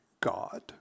God